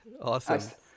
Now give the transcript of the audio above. Awesome